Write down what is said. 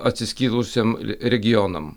atsiskyrusiem re regionam